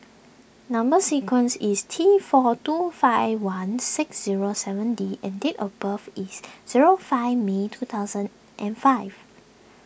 Number Sequence is T four two five one six zero seven D and date of birth is zero five May two thousand and five